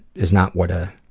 is not what a,